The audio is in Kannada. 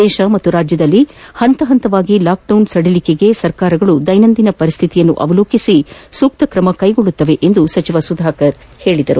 ದೇಶ ಮತ್ತು ರಾಜ್ಯದಲ್ಲಿ ಹಂತ ಹಂತವಾಗಿ ಲಾಕ್ಡೌನ್ ಸಡಿಲಿಕೆ ಮಾಡಲು ಸರ್ಕಾರಗಳು ದೈನಂದಿನ ಪರಿಸ್ತಿತಿ ಅವಲೋಕಿಸಿ ಕ್ರಮ ಕೈಗೊಳ್ಳಲಿವೆ ಎಂದು ಸಚಿವ ಸುಧಾಕರ್ ಹೇಳಿದರು